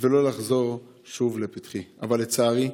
ולא לחזור שוב לפתחי, אבל לצערי,